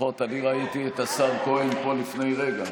לפחות אני ראיתי את השר כהן פה לפני רגע.